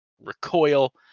recoil